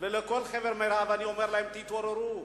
ולכל חבר מרעיו, אני אומר להם: תתעוררו.